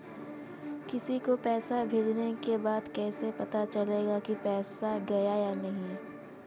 किसी को पैसे भेजने के बाद कैसे पता चलेगा कि पैसे गए या नहीं?